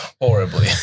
Horribly